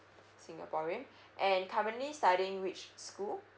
singaporean and currently studying which school